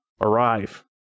arrive